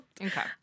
Okay